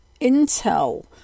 intel